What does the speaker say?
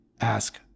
ask